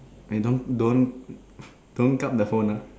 wait don't don't don't kup the phone uh